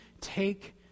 take